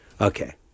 okay